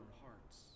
hearts